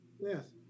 Yes